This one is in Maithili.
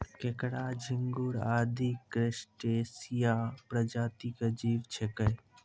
केंकड़ा, झिंगूर आदि क्रस्टेशिया प्रजाति के जीव छेकै